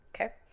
Okay